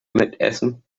mitessen